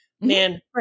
man